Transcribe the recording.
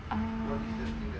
um